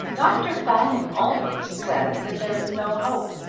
dr. fanning almost says that there is no hope.